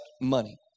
money